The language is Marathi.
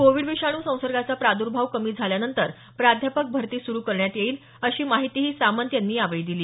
कोविड विषाणू संसर्गाचा प्रादुर्भाव कमी झाल्यानंतर प्राध्यापक भरती सुरु करण्यात येईल अशी माहितीही सामंत यांनी यावेळी दिली